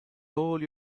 all